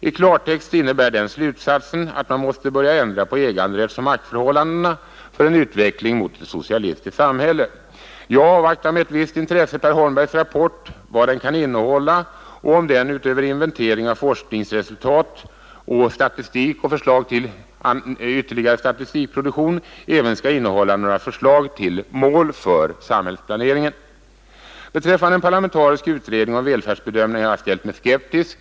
I klartext innebär den slutsatsen att man måste börja ändra på äganderättsoch maktförhållandena för en utveckling mot ett socialistiskt samhälle. Jag avvaktar med ett visst intresse Per Holmbergs rapport, vad den kan innehålla och om den utöver inventering av forskningsresultat och statistik och förslag till ytterligare statistikproduktion även skall innehålla några förslag till mål för samhällsplaneringen. Beträffande en parlamentarisk utredning om välfärdsbedömningar har jag ställt mig skeptisk.